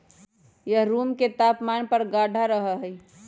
यह रूम के तापमान पर थोड़ा गाढ़ा रहा हई